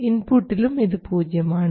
ഇൻപുട്ടിലും ഇത് പൂജ്യമാണ്